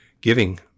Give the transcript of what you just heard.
giving